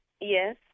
yes